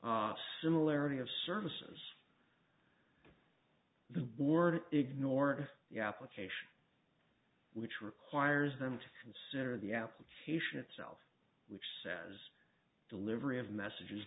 of similarity of services the board ignore the application which requires them to consider the application itself which says delivery of messages